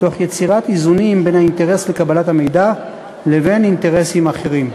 תוך יצירת איזונים בין האינטרס לקבלת המידע לבין אינטרסים אחרים.